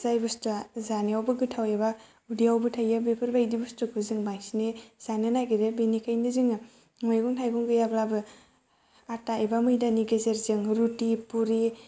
जाय बुस्तुआ जानायावबो गोथाव एबा उदैयावबो थायो बेफोर बायदि बुस्तुखौ जों बांसिनै जानो नागिरो बेनिखायनो जोङो मैगं थायगं गैयाब्लाबो आता एबा मैदानि गेजेरजों रुति पुरि